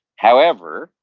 however,